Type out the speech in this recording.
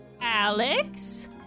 Alex